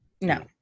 no